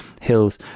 hills